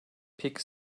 peki